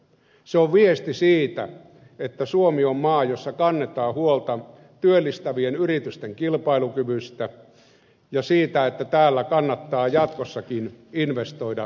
se on viesti siitä että suomi on maa jossa kannetaan huolta työllistävien yritysten kilpailukyvystä ja siitä että täällä kannattaa jatkossakin investoida ja työllistää